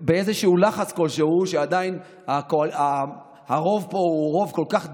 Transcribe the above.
באיזשהו לחץ כלשהו שעדיין הרוב פה הוא רוב כל כך דחוק,